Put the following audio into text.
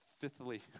fifthly